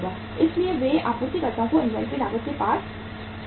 इसलिए वे आपूर्तिकर्ताओं को इन्वेंट्री लागत पर पास कर रहे हैं